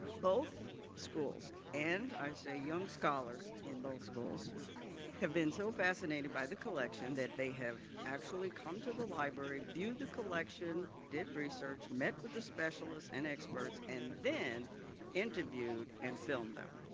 both schools and i say young scholars in both schools have been so fascinated by the collection that they have actually come to the library, viewed the collection, did research, met with the specialist and experts and then interviewed and filmed them.